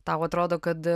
tau atrodo kad